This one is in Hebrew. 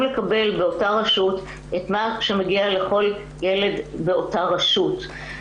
לקבל באותה רשות את מה שמגיע לכל ילד באותה רשות.